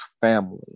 family